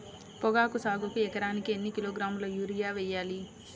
పొగాకు సాగుకు ఎకరానికి ఎన్ని కిలోగ్రాముల యూరియా వేయాలి?